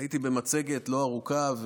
הייתי במצגת לא ארוכה,